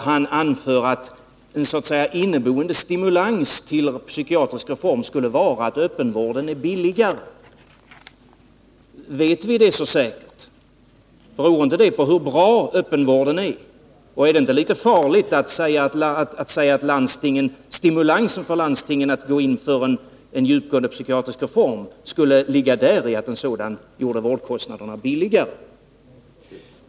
Han anför att en sorts inneboende stimulans till en psykiatrisk reform skulle vara att öppenvården är billigare. Vet vi det så säkert? Beror inte det på hur bra öppenvården är? Och är det inte litet farligt att säga att stimulansen för landstingen att gå in för en djupgående psykiatrisk reform skulle vara att en sådan gjorde vårdkostnaderna lägre?